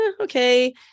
okay